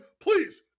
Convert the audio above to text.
Please